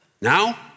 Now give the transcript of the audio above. Now